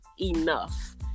enough